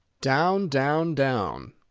down, down, down.